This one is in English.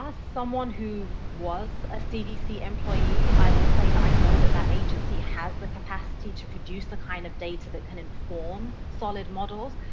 um someone who was a cdc employee, i will say that i know that that agency has the capacity to produce the kind of data that can inform solid models.